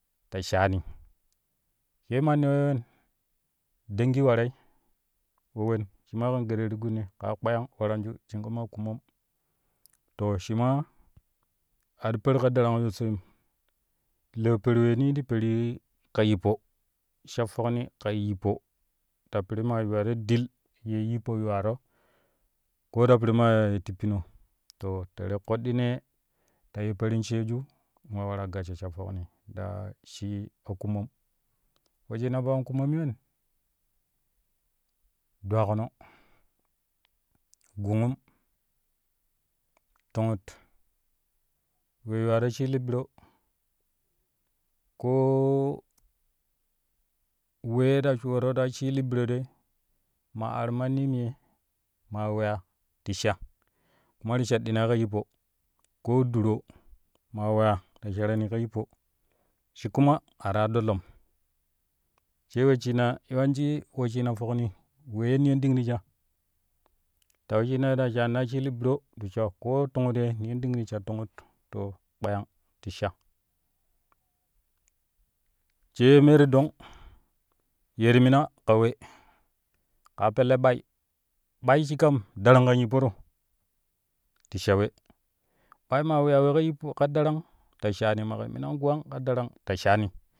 Ta shaani sai manni wei wen? Dangi warei wo wen kuma kan gerer ti gunai kaa kpeyang waranju shin kama akumom to shi maa a ti peru ka darang sosaim ti leu peru weeni ti perui ka yippo sha fokni ka yippo ta piri maa yuwaro dil ye yippo yuwaro koo ta piri maa tippino too terei koɗɗinee ta yiu perin sheeju wa waaraa gassho sha fokni te shi akumom wesshina for akumomi wen? Dwakuno gungum, tungut wee yuwaro shili biro koo we la shoro ta shili biro dai ma ar ma neem ye maa weya ti shala kuma ti shaɗɗinai ka yippo koo duroo maa weyaa ta sharani ka yippo shi kuma a ta aɗɗo lom sai wesshina yewanci wesshina fokni wee ye niyon ɗing to sha ta wesshina ta shaani ta shili biro ko tungut te niyonɗing ti sha tungut kpeyang ti sha, shee me ti dong yeti mina kawe kaa pelle ɓai, ɓai shi kam darang kan yipporo te sha we ɓoi maa wyey we ka yippo ka darang ta shaani maƙa menan gwang ka darang ta shaani.